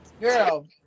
Girl